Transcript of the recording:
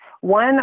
One